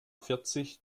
vierzig